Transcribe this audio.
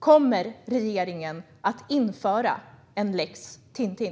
Kommer regeringen att införa en lex Tintin?